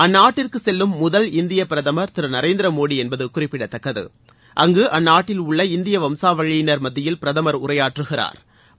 அந்நாட்டிற்கு செல்லும் முதல் இந்திய பிரதமர் திரு நரேந்திர மோடி என்பது குறிப்பிடதக்கது அங்கு அந்நாட்டில் உள்ள இந்திய வம்சாவழியினா் மத்தியில் பிரதமர் உரையாற்றுகிறாா்